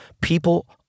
People